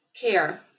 care